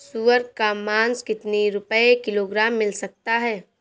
सुअर का मांस कितनी रुपय किलोग्राम मिल सकता है?